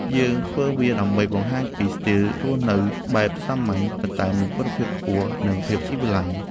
យើងធ្វើវាដើម្បីបង្ហាញពីស្ទីលរស់នៅបែបសាមញ្ញ ប៉ុន្តែមានគុណភាពខ្ពស់ និងភាពស៊ីវិល័យ។